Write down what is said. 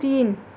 तीन